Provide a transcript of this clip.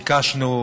ביקשנו,